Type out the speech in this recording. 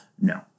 No